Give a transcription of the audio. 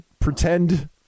pretend